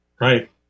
right